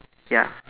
ya